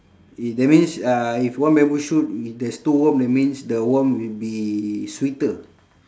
if that means uh if one bamboo shoot there's two worm that means the worm will be sweeter